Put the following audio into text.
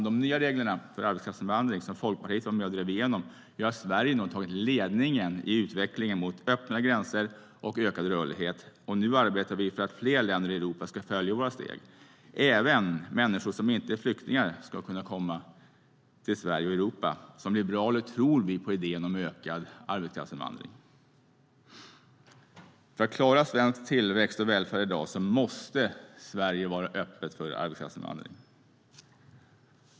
De nya reglerna för arbetskraftsinvandring, som Folkpartiet var med och drev igenom, gör att Sverige nu har tagit ledningen i utvecklingen mot öppnare gränser och ökad rörlighet. Nu arbetar vi för att fler länder i Europa ska följa i våra steg. Även människor som inte är flyktingar ska kunna komma till Sverige och Europa. Som liberaler tror vi på idén om ökad arbetskraftsinvandring. För att klara svensk tillväxt och välfärd i dag måste Sverige vara öppet för arbetskraftsinvandring.